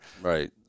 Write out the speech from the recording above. Right